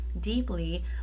deeply